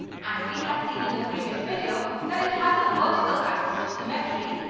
and we had seen in the previous video, that it has a vertical axis of symmetry.